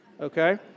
okay